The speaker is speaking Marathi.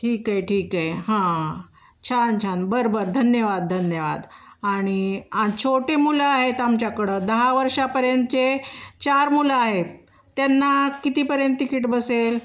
ठीक आहे ठीक आहे हा छान छान बरं बरं धन्यवाद धन्यवाद आणि छोटे मुलं आहेत आमच्याकडं दहा वर्षापर्यंतचे चार मुलं आहेत त्यांना कितीपर्यंत तिकीट बसेल